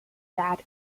dead